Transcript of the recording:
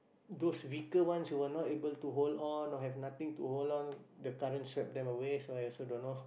those weaker ones who were not able to hold on or have nothing to hold on the current swept them away so I also don't know